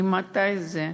ממתי זה?